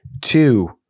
two